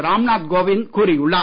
ராம் நாத் கோவிந்த் கூறியுள்ளார்